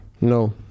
No